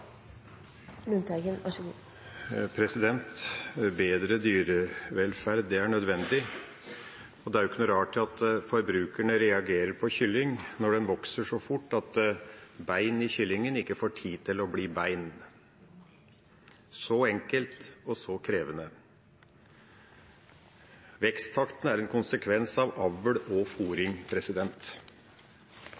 kyllingen vokser så fort at bein i kyllingen ikke får tid til å bli bein – så enkelt, og så krevende. Veksttakten er en konsekvens av avl og